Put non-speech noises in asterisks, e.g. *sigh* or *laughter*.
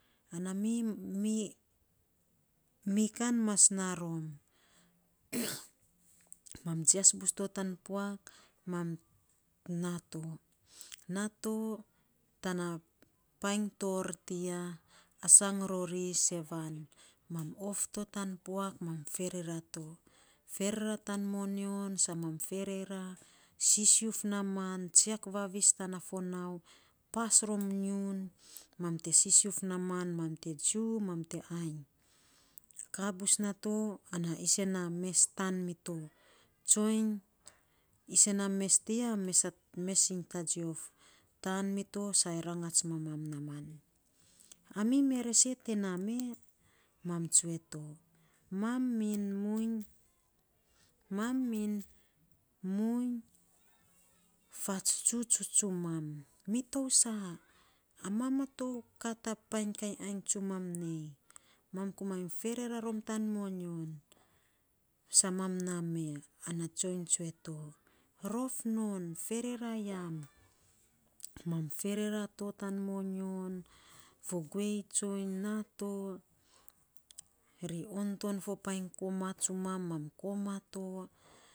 Mi kan mas naa rom *noise* mam jias bus to tan puak, mam naato nato tana painy torr tiya, a sang roro sevan. Mam of to tan puak mam ferera to, ferera tan moyon, sa mam ferera, sisiuf naaman, jiak vavis tana fo nau, pas rom nyium mam te sisiuf na mam mam te tsu mam te ainy. Kaa bus nato, anaisen na mes taan mito tsoiny isen na mes tiya tsoiny mes iny tajiof, taan mito sainy rangats mamam ami me ri se te naa mee? Man tsue to, mam min muiny fatsuts tsumam. Ami tou saa, a mam a tou kat a piny kainy aniy tsumam nei, mam komainy ferera rom tan moyon. Sa mam naa mee ana tsoiny tsue to, rof non ferera yam mam ferera to tan moyon, fo guei tsoiny naa to, ri on ton fo painy koman tsumam, mam koma to.